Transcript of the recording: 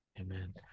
Amen